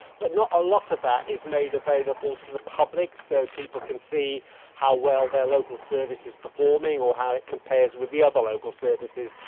but not a lot of that is made available to the public so people can see how well their local service is performing or how it compares with the other local services.